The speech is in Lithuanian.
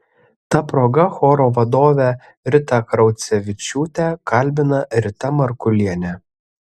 ta proga choro vadovę ritą kraucevičiūtę kalbina rita markulienė